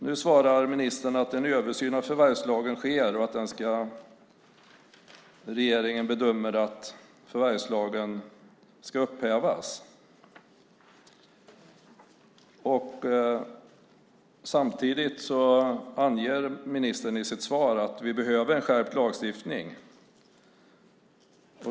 Ministern svarar nu att en översyn av förvärvslagen sker och att regeringen bedömer att förvärvslagen ska upphävas. Samtidigt anger ministern i sitt svar att vi behöver en skärpt lagstiftning.